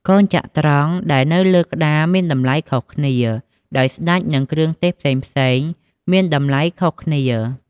កូនចត្រង្គដែលនៅលើក្ដារមានតម្លៃខុសគ្នា ដោយស្ដេច និងគ្រឿងទេសផ្សេងៗមានតម្លៃខុសគ្នា។